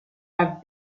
have